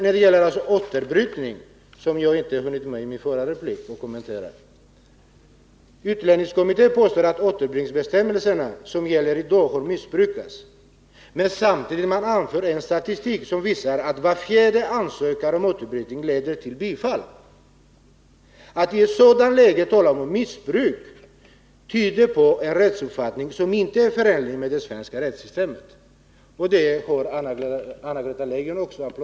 När det gäller återbrytningen, som jag inte hann med att kommentera i min förra replik, vill jag säga att utlänningskommittén påstår att nu gällande återbrytningsbestämmelser missbrukas. Men samtidigt redovisar man statistik som visar att var fjärde ansökan om återbrytning leder till bifall. Att i ett sådant läge tala om missbruk tyder på en rättsuppfattning som inte är förenlig med det svenska rättssystemet. Och detta har Anna-Greta Leijon också